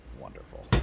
wonderful